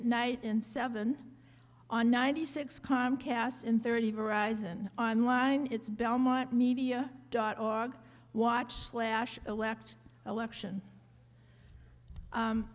at night and seven on ninety six comcast and thirty horizon online it's belmont media dot org watch slash elect election